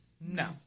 No